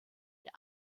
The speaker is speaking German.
der